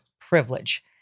privilege